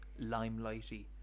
limelighty